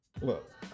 Look